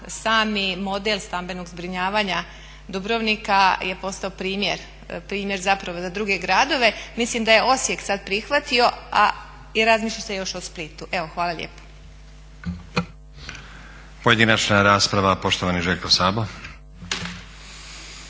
sami model stambenog zbrinjavanja Dubrovnika je postao primjer, primjer zapravo za druge gradove. Mislim da je Osijek sad prihvatio, a razmišlja se još o Splitu. Evo, hvala lijepo. **Stazić, Nenad (SDP)** Pojedinačna rasprava poštovani Željko Sabo.